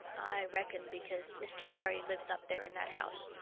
reckon because mr. barry lives up there in that house.